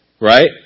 Right